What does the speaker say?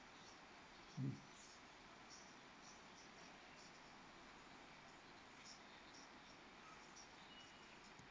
mm